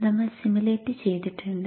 നമ്മൾ സിമുലേറ്റ് ചെയ്തിട്ടുണ്ട്